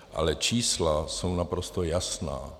Ale čísla jsou naprosto jasná.